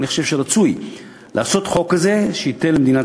אני חושב שרצוי לעשות חוק כזה שייתן למדינת